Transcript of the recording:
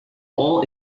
all